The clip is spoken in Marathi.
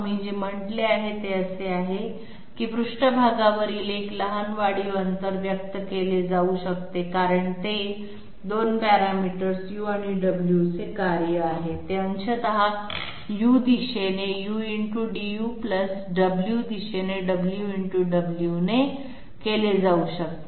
आम्ही जे म्हटले आहे ते असे आहे की पृष्ठभागावरील एक लहान वाढीव अंतर व्यक्त केले जाऊ शकते कारण ते 2 पॅरामीटर्स u आणि w चे कार्य आहे ते अंशतः u दिशेने udu w दिशेने wdw ने केले जाऊ शकते